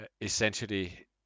essentially